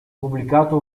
pubblicato